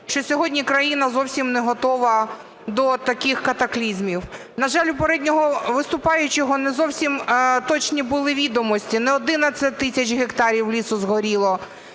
що сьогодні країна зовсім не готова до таких катаклізмів. На жаль, у попереднього виступаючого не зовсім точні були відомості: не 11 тисяч гектарів лісу згоріло.